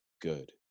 good